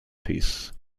piece